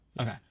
Okay